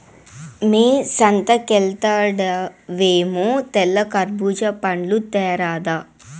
మ్మే సంతకెల్తండావేమో తెల్ల కర్బూజా పండ్లు తేరాదా